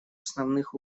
основных